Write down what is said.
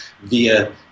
via